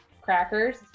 crackers